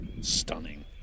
stunning